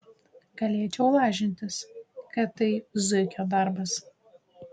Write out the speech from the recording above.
galėčiau lažintis kad tai zuikio darbas